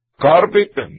carpet